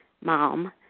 mom